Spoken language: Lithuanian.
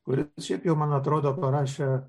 kuri šiaip jau man atrodo parašė